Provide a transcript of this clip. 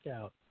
out